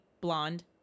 blonde